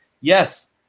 Yes